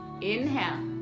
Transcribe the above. Inhale